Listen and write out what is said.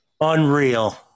Unreal